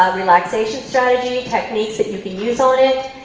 relaxation strategy, techniques that you can use on it.